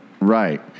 Right